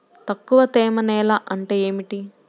తక్కువ తేమ నేల అంటే ఏమిటి?